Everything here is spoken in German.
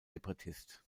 librettist